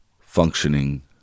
functioning